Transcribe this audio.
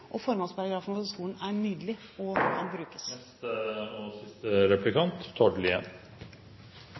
Og formålsparagrafen for skolen er nydelig og må brukes.